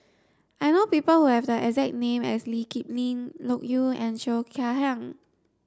I know people who have the exact name as Lee Kip Lin Loke Yew and Cheo Chai Hiang